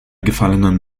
gefallenen